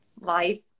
life